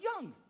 young